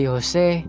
Jose